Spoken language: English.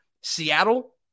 Seattle